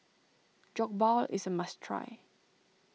Jokbal is a must try